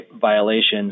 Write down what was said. violations